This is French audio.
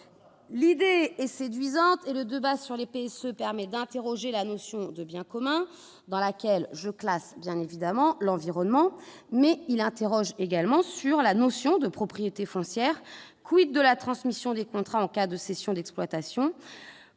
l'idée est séduisante et le de base sur les épée se permet d'interroger la notion de bien commun dans laquelle je classe bien évidemment l'environnement mais il interroge également sur la notion de propriété foncière, quid de la transmission des contrats en cas de cession d'exploitation